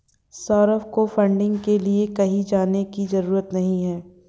सौरभ को फंडिंग के लिए कहीं जाने की जरूरत नहीं है